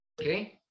Okay